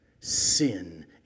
sin